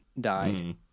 die